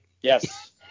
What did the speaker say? yes